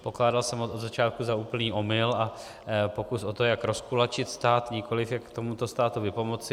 Pokládal jsem ho od začátku jako úplný omyl a pokus o to, jak rozkulačit stát, nikoliv jak tomuto státu vypomoci.